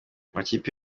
amakipe